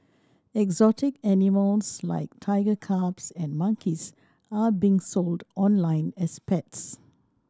exotic animals like tiger cubs and monkeys are being sold online as pets